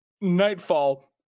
Nightfall